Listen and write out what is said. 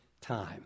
time